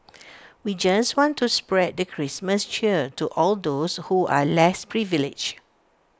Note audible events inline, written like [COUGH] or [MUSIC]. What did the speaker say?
[NOISE] we just want to spread the Christmas cheer to all those who are less privileged